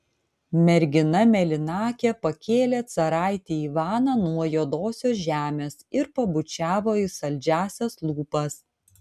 mergina mėlynakė pakėlė caraitį ivaną nuo juodosios žemės ir pabučiavo į saldžiąsias lūpas